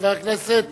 חבר הכנסת